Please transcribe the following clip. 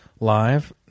live